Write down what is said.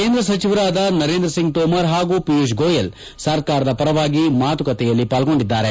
ಕೇಂದ್ರ ಸಚಿವರಾದ ನರೇಂದ್ರಸಿಂಗ್ ತೋಮರ್ ಹಾಗೂ ಪಿಯೂಷ್ ಗೋಯಲ್ ಸರ್ಕಾರದ ಪರವಾಗಿ ಮಾತುಕತೆಯಲ್ಲಿ ಪಾಲ್ಗೊಂಡಿದ್ದಾರೆ